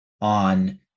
on